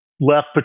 Left